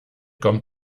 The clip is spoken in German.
kommt